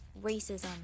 Racism